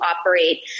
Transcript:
operate